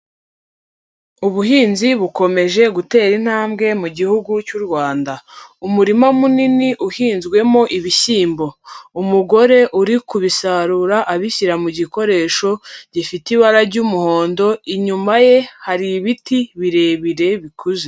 Ubuhinzi bukomeje gutera intambwe mu gihugu cy'u Rwanda, umurima munini uhinzwemo ibishyimbo, umugore uri kubisarura abishyira mu gikoresho gifite ibara ry'umuhondo, inyuma ye hari ibiti birebire bikuze.